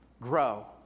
grow